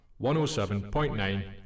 107.9